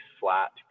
flat